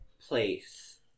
Place